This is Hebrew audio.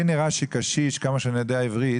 לי נראה ש'קשיש' - עד כמה שאני יודע עברית